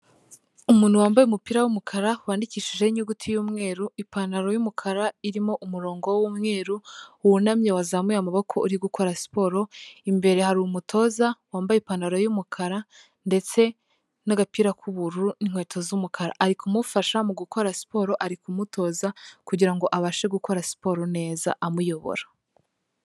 Umuntu wambaye umupira w'umukara wandikishijeho inyuguti y'umweru, ipantaro y'umukara irimo umurongo w'umweru, wunamye wazamuye amaboko uri gukora siporo, imbere hari umutoza wambaye ipantaro y'umukara, ndetse n'agapira k'ubururu inkweto z'umukara. Ari kumufasha mu gukora siporo, ari kumutoza kugirango abashe gukora siporo neza amuyobora.